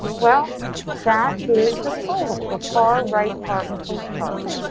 well that is the total. the far right part of this chart.